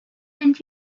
and